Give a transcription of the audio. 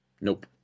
Nope